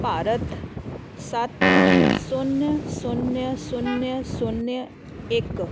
ਭਾਰਤ ਸੱਤ ਸੁਨੇ ਸੁਨੇ ਸੁਨੇ ਸੁਨੇ ਇੱਕ